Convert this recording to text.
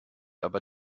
aber